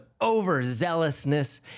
overzealousness